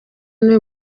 niwe